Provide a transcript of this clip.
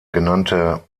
genannte